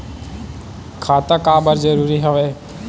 खाता का बर जरूरी हवे?